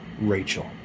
Rachel